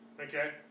Okay